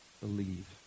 Believe